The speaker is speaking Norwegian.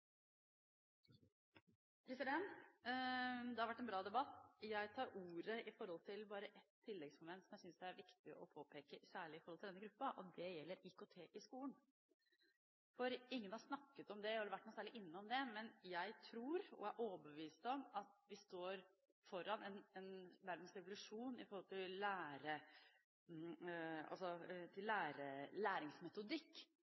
klasse. Det har vært en bra debatt. Jeg tar ordet for bare ett tilleggsmoment, som jeg synes det er viktig å påpeke, særlig i forhold til denne gruppen, og det er IKT i skolen. Ingen har snakket om eller vært noe særlig innom det, men jeg er overbevist om at vi står foran nærmest en revolusjon i læringsmetodikk i norsk og internasjonal skole. Det vil særlig komme den gruppen elever som vi diskuterer i dag, til